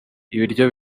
ibiryo